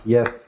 Yes